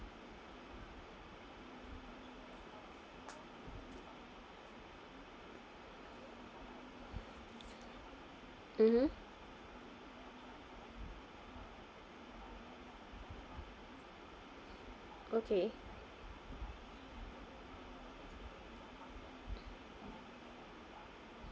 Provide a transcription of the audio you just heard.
mmhmm okay